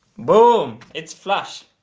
boom, it's flush!